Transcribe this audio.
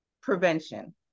prevention